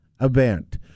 Event